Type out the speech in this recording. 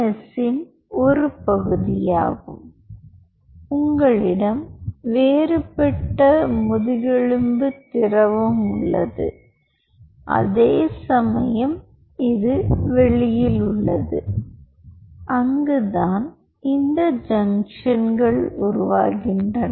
எஸ்ஸின் ஒரு பகுதியாகும் உங்களிடம் வேறுபட்ட முதுகெலும்பு திரவம் உள்ளது அதேசமயம் இது வெளியில் உள்ளது அங்குதான் இந்த ஜங்ஷன்கள் உருவாகின்றன